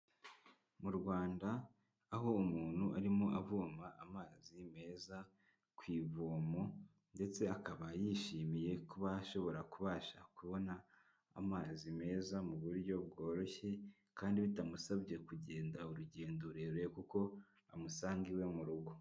Mu Rwanda aho umuntu arimo avoma amazi meza ku ivomo ndetse akaba yishimiye kuba ashobora kubasha kubona amazi meza mu buryo bworoshye, kandi bitamusabye kugenda urugendo rurerure kuko amusanga iwe mu rugo.